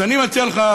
אז אני מציע לך,